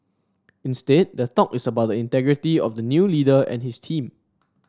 instead the talk is about the integrity of the new leader and his team